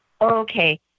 okay